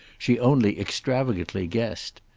she only extravagantly guessed.